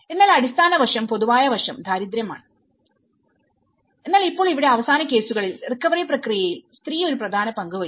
എന്നാൽ അടിസ്ഥാന വശം പൊതുവായ വശം ദാരിദ്ര്യമാണ് എന്നാൽ ഇപ്പോൾ ഇവിടെ അവസാന കേസുകളിൽ റിക്കവറി പ്രക്രിയയിൽസ്ത്രീ ഒരു പ്രധാന പങ്ക് വഹിച്ചു